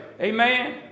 Amen